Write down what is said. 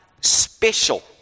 special